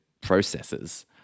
processes